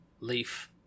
Leaf